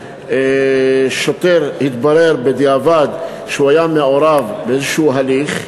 שוטר שהתברר בדיעבד שהוא היה מעורב באיזשהו הליך.